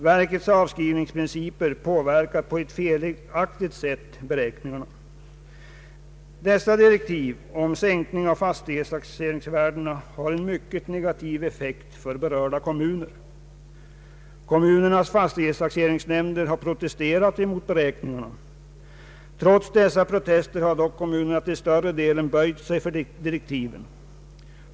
Verkets avskrivningsprinciper påverkar på ett felaktigt sätt beräkningarna. Dessa direktiv om sänkning av fastighetsvärdena har en mycket negativ effekt för berörda kommuner. Kommunernas fastighetstaxeringsnämnder har protesterat mot beräkningarna. Trots dessa protester har dock kommunerna till större delen böjt sig för direktiven.